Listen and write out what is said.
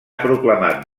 proclamat